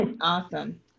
Awesome